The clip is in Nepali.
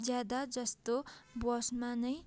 ज्यादा जस्तो बसमा नै